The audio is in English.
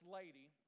lady